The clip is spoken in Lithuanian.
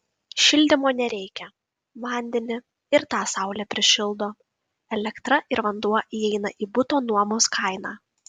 šildymo nereikia vandenį ir tą saulė prišildo elektra ir vanduo įeina į buto nuomos kainą